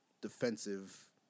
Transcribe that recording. defensive